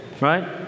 right